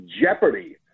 jeopardy